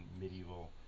medieval